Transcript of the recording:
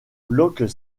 bloc